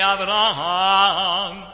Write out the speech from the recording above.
Abraham